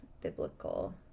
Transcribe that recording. biblical